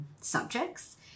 subjects